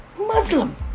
Muslim